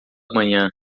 amanhã